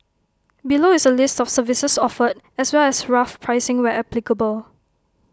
below is A list of services offered as well as rough pricing where applicable